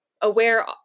aware